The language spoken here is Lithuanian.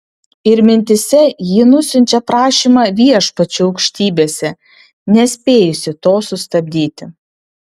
ir mintyse ji nusiunčia prašymą viešpačiui aukštybėse nespėjusi to sustabdyti